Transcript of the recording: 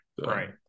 right